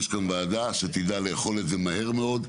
יש כאן ועדה שתדע לאכול את זה מהר מאוד,